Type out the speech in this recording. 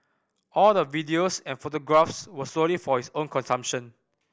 all the videos and photographs were solely for his own consumption